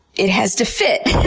it has to fit,